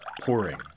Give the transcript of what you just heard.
pouring